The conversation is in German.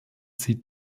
sie